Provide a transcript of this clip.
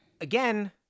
again